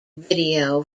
video